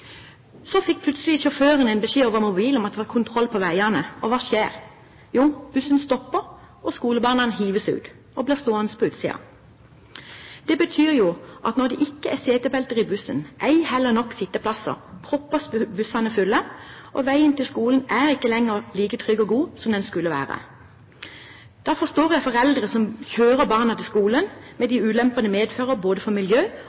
Så fikk plutselig sjåføren en beskjed over mobilen om at det var kontroll på veiene. Og hva skjer? Jo, bussen stopper, og skolebarna hives ut og blir stående på utsiden. Det betyr jo at når det ikke er setebelter i bussen, ei heller nok sitteplasser, proppes bussene fulle, og veien til skolen er ikke lenger like trygg og god som den skal være. Derfor forstår jeg foreldre som kjører barna til skolen, med de ulempene det medfører både for